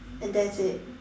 and that's it